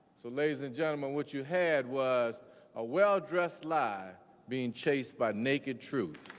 so ladies and gentlemen, what you had was a well-dressed lie being chased by naked truth.